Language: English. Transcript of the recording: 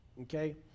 Okay